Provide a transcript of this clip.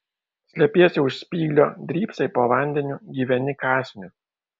slepiesi už spyglio drybsai po vandeniu gyveni kąsniu